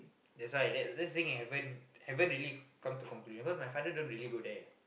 that's why at that that's the thing haven't haven't really come to conclusion cause my father don't really go there